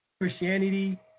Christianity